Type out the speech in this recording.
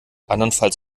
andernfalls